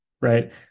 Right